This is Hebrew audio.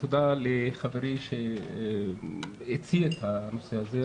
תודה לחברי שהציע את הנושא הזה,